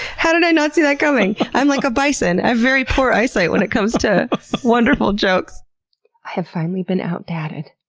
how did i not see that coming? i'm like a bison, i have very poor eyesight when it comes to wonderful jokes. i have finally been out dadded.